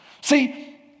See